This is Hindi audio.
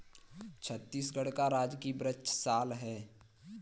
छत्तीसगढ़ का राजकीय वृक्ष साल है